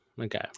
okay